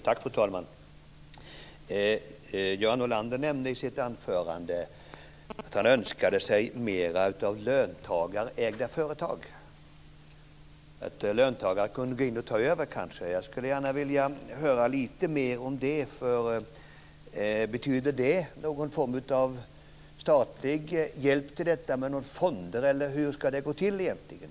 Fru talman! Göran Norlander sade i sitt anförande att han önskade sig mera av löntagarägda företag, att löntagare kunde gå in och ta över. Jag skulle gärna vilja höra lite mer om det. Betyder det någon form av statlig hjälp till detta genom fonder, eller hur ska det gå till egentligen?